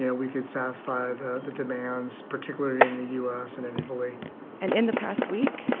yeah we can satisfy the the demands, particularly in the u s. and in italy and in the past week,